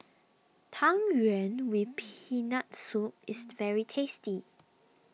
Tang Yuen with Peanut Soup is very tasty